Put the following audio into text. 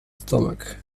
stomach